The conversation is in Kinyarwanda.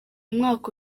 mwaka